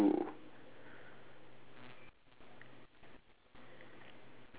orh okay then because then does this count as w~ one or two